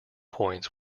points